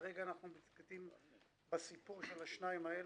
כרגע אנחנו מתמקדים בסיפור של השניים האלה.